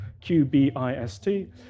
Q-B-I-S-T